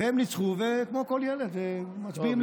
והם ניצחו, וכמו כל ילד, לא.